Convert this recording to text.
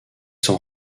s’en